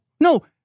no